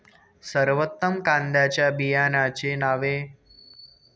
सर्वोत्तम कांद्यांच्या बियाण्यांची नावे?